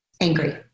angry